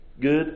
good